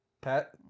Pat